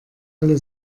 alle